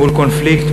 מול קונפליקט,